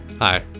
Hi